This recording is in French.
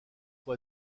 faut